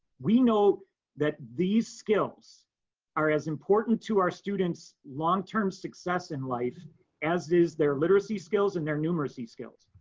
we know that these skills are as important to our students' longterm success in life as is their literacy skills and their numeracy skills.